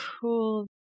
Cool